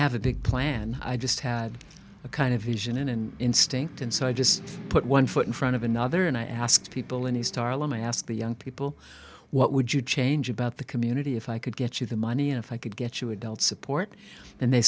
have a big plan i just had a kind of vision and instinct and so i just put one foot in front of another and i asked people in the starland i asked the young people what would you change about the community if i could get you the money if i could get you adult support and they